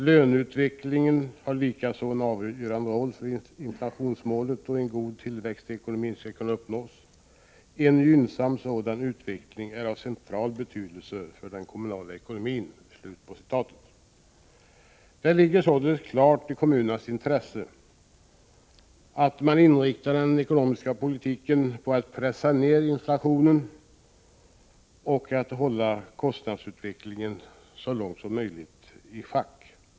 Löneutvecklingen har likaså en avgörande roll för att inflationsmålet och en god tillväxt i ekonomin skall kunna uppnås. En gynnsam sådan utveckling är av central betydelse för den kommunala ekonomin.” Det ligger således i kommunernas intresse att man inriktar den ekonomiska politiken på att pressa ned inflationen och att man så långt som möjligt håller kostnadsutvecklingen i schack.